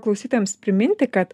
klausytojams priminti kad